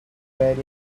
wearing